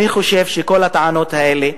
אני חושב שעם כל הטענות האלה,